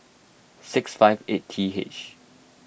six five eight T H